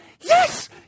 yes